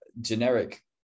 generic